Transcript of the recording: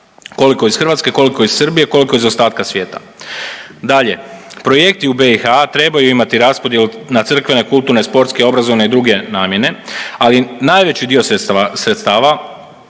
koliko iz Hrvatske, koliko iz Srbije, koliko iz ostatka svijeta. Dalje, projekti u BiH trebaju imati raspodjelu na crkvene, kulturne, sportske, obrazovne i druge namjene, ali najveći dio sredstava